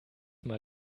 mal